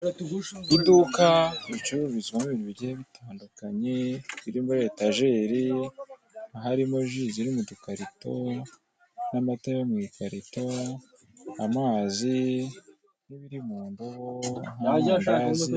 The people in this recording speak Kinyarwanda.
Iduka ricururizwamo ibintu bigiye itandukanye. Biri muri etageri, harimo ji ziri mu dukarido, n'amata yo mu ikarito, amazi n'ibiri mu ndobo nk'amandazi.